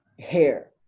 hair